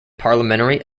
parliamentary